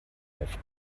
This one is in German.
auf